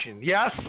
Yes